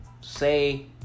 say